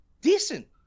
decent